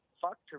fuck